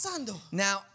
now